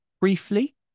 briefly